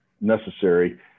necessary